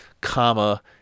comma